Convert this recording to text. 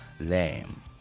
lame